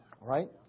right